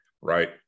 right